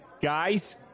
guys